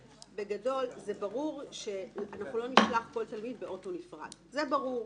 בגדול זה ברור שאנחנו לא נשלח כל תלמיד באוטו נפרד זה ברור.